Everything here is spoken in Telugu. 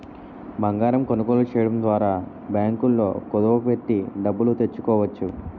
బంగారం కొనుగోలు చేయడం ద్వారా బ్యాంకుల్లో కుదువ పెట్టి డబ్బులు తెచ్చుకోవచ్చు